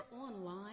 online